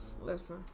Listen